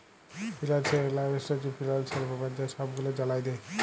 financial analyst হছে financial ব্যাপারে যে ছব গুলা জালায় দেই